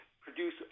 produce